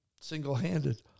single-handed